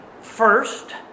First